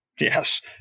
Yes